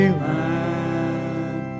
land